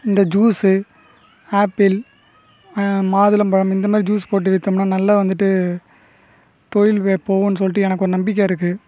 இந்த juice apple மாதுளம்பழம் இந்தமாதிரி ஜூஸ் போட்டு விற்றோம்னா நல்ல வந்துட்டு தொழில் போகுன்னு சொல்லிட்டு எனக்கு ஒரு நம்பிக்கை இருக்குது